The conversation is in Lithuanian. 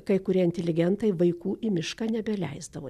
kai kurie inteligentai vaikų į mišką nebeleisdavo